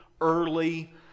early